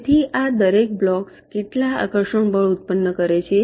તેથી આ દરેક બ્લોક્સ કેટલાક આકર્ષણ બળ ઉત્પન્ન કરે છે